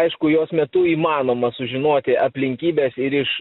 aišku jos metu įmanoma sužinoti aplinkybes ir iš